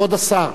כבוד השר,